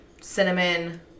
cinnamon